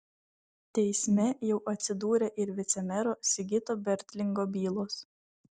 teisme jau atsidūrė ir vicemero sigito bertlingo bylos